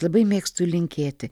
labai mėgstu linkėti